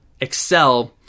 excel